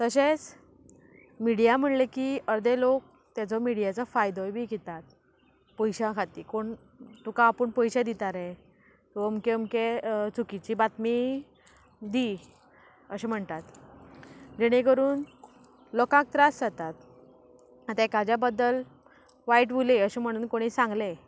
तशेंच मिडया म्हणलें की अर्दे लोक तेजो मिडयाचो फायदोय बी घेतात पयशां खातीर कोण तुका आपूण पयशे दिता रे तूं अमकें अमकें चुकीची बातमी दी अशे म्हणटात जेणे करून लोकांक त्रास जातात आतां एकाच्या बद्दल वायट उलय अशें म्हणून कोणी सांगलें